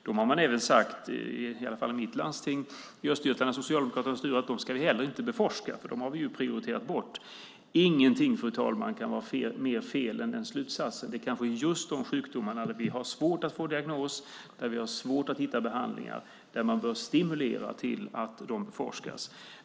Där har man även sagt, i varje fall i mitt hemlandsting i Östergötland med socialdemokratiskt styre, att dem ska vi heller inte beforska, eftersom vi har prioriterat bort dem. Fru talman! Ingenting kan vara mer fel än den slutsatsen. Det är kanske när det gäller just de sjukdomarna där vi har svårt att ställa diagnos och svårt att hitta behandling man bör stimulera till att de beforskas.